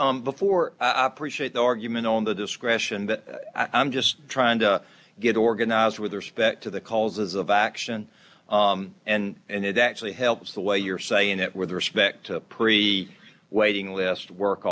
kid before i appreciate the argument on the discretion but i'm just trying to get organized with respect to the causes of action and and it actually helps the way you're saying it with respect to pre waiting list work